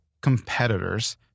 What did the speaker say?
competitors